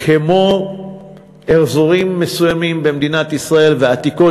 כמו אזורים מסוימים במדינת ישראל ועתיקות